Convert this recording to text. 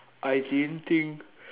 I didn't think